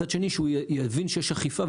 ומצד שני שהוא יבין שיש אכיפה.